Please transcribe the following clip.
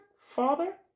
Father